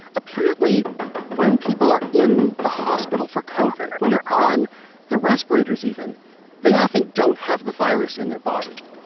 apparently when people are in the hospital for kov it, when they're on the respirators, even they often don't have the virus in their body.